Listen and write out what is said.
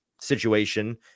situation